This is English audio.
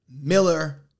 Miller